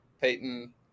Peyton